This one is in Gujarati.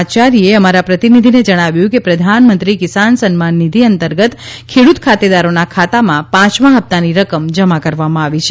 આચાર્યે અમારા પ્રતિનિધિને જણાવ્યુ કે પ્રધાનમંત્રી કિસાન સન્માન નિધિ અંતર્ગત ખેડૂત ખાતેદારોના ખાતામાં પાંચમા હપ્તાની રકમ જમા કરવામાં આવી છે